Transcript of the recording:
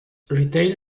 retail